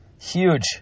huge